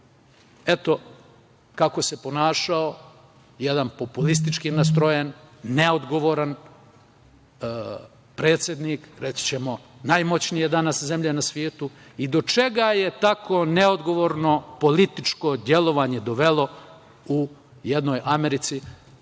kako se ponašao jedan populistički nastrojen, neodgovoran predsednik, reći ćemo danas najmoćnije zemlje na svetu, i do čega je tako neodgovorno političko delovanje dovelo u jednoj Americi,